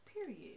Period